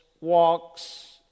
walks